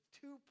Two